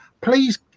please